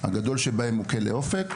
הגדול שבהם הוא כלא אופק,